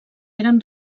eren